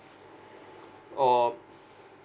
orh